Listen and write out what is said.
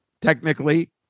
technically